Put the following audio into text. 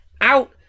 out